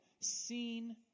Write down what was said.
seen